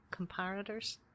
comparators